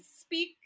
speak